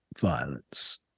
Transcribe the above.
violence